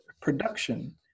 production